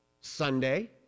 Sunday